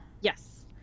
Yes